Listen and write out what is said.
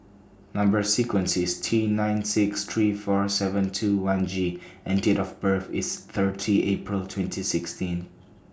Number sequence IS T nine six three four seven two one G and Date of birth IS thirty April twenty sixty